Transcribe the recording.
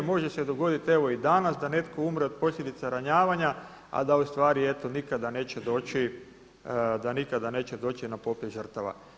I može se dogoditi evo i danas da netko umre od posljedica ranjavanja a da ustvari eto nikada neće doći, da nikada neće doći na popis žrtava.